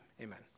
amen